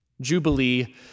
Jubilee